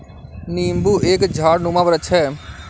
नींबू एक झाड़नुमा वृक्ष है